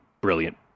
brilliant